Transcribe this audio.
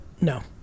no